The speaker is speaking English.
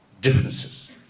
differences